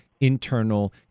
internal